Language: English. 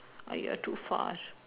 !aiya! too far